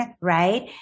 right